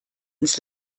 ins